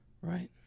right